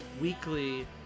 weekly